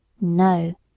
No